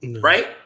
Right